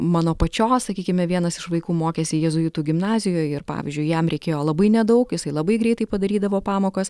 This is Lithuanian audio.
mano pačios sakykime vienas iš vaikų mokėsi jėzuitų gimnazijoje pavyzdžiui jam reikėjo labai nedaug jisai labai greitai padarydavo pamokas